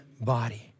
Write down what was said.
body